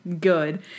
good